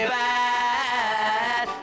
bad